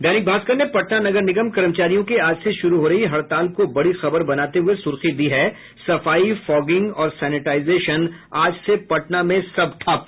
दैनिक भास्कर ने पटना नगर निगम कर्मचारियों की आज से शुरू हो रही हड़ताल को बड़ी खबर बनाते हुए सुर्खी दी है सफाई फॉगिंग और सेनेटाइजेशन आज से पटना में सब ठप